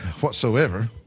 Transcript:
whatsoever